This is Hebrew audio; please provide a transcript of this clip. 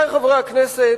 עמיתי חברי הכנסת,